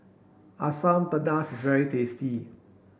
asam pedas is very tasty